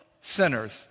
sinners